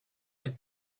had